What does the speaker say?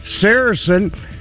Saracen